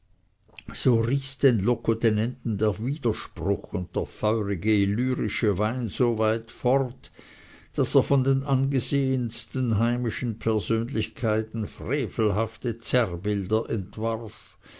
so riß den locotenenten der widerspruch und der feurige illyrische wein so weit fort daß er von den angesehensten heimischen persönlichkeiten frevelhafte zerrbilder entwarf